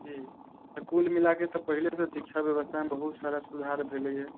जी तऽ कुल मिलाकऽ पहिलेसँ तऽ शिक्षा बेबस्थामे बहुत सुधार भेलैए